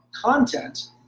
content